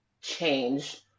change